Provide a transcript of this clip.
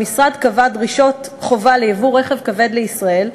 המשרד קבע דרישות חובה לייבוא רכב כבד לישראל,